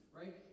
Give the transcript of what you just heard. right